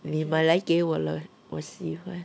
你买来给我 lor 我喜欢